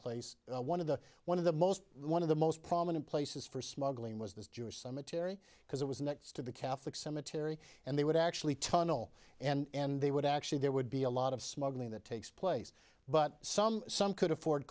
place one of the one of the most one of the most prominent places for smuggling was this jewish cemetery because it was next to the catholic cemetery and they would actually tunnel and they would actually there would be a lot of smuggling that takes place but some some could afford